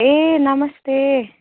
ए नमस्ते